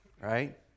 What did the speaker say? right